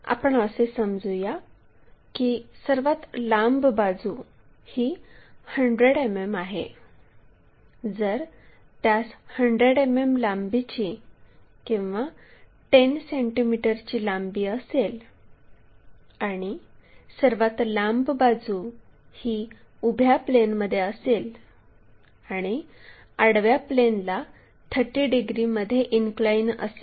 आपण असे समजू या की सर्वात लांब बाजू ही 100 मिमी आहे जर त्यास 100 मिमी लांबी किंवा 10 सेंटीमीटरची लांबी असेल आणि सर्वात लांब बाजू ही उभ्या प्लेनमध्ये असेल आणि आडव्या प्लेनला 30 डिग्रीमध्ये इनक्लाइन असेल